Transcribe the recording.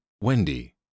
Wendy